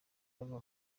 bava